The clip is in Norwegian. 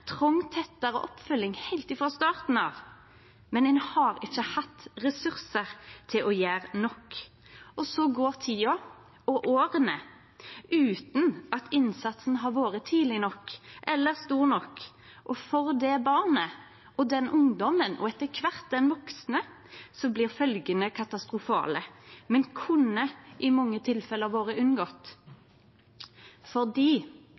trong tettare oppfølging heilt frå starten av. Men ein har ikkje hatt ressursar til å gjere nok. Så går tida og åra utan at innsatsen har vore tidleg nok eller stor nok, og for det barnet, den ungdommen, og etter kvart den vaksne blir følgjene katastrofale, men kunne i mange tilfelle ha vore unngått.